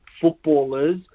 footballers